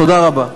תודה רבה.